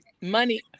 Money